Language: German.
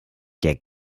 der